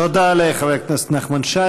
תודה לחבר הכנסת נחמן שי.